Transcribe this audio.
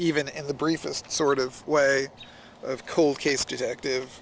even in the briefest sort of way of cold case detective